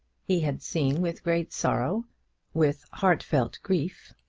he had seen with great sorrow with heartfelt grief,